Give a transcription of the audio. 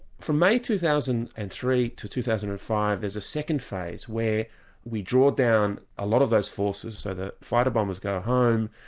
from may two thousand and three to two thousand and five, there's a second phase where we draw down a lot of those forces, so the fighter bombers go home,